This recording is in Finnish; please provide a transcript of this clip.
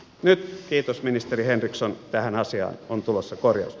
nyt kiitos ministeri henriksson tähän asiaan on tulossa korjaus